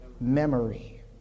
memory